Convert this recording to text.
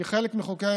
כי חלק מחוקי-היסוד